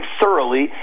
thoroughly